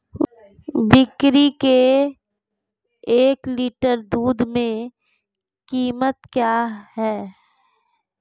बकरी के एक लीटर दूध की कीमत क्या है?